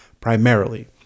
primarily